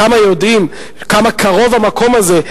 כמה יודעים כמה קרוב המקום הזה,